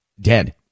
dead